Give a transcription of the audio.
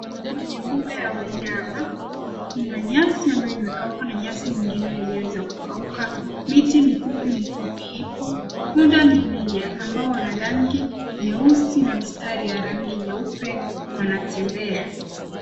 Kwenye mbuga la wanyama kuna nyasi ambayo imekauka na nyasi mengine hajaweza kukauka. Miti mifupi mifupi ipo. Pundamilia ambao wana rangi nyeusi na mistari ya rangi nyeupe wanatembea.